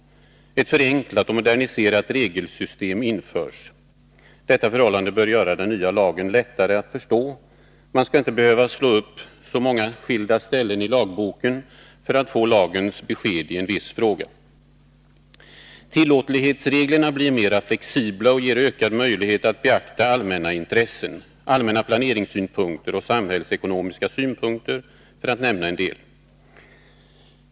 Ett förenklat och moderniserat regelsystem införs. Detta förhållande bör göra den nya lagen lättare att förstå. Man skall inte behöva slå upp så många skilda ställen i lagboken för att få lagens besked i en viss fråga. Tillåtlighetsreglerna blir mer flexibla och ger ökad möjlighet att beakta allmänna intressen, allmänna planeringssynpunkter och samhällsekonomiska synpunkter, för att nämna några.